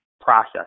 process